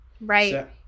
Right